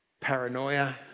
paranoia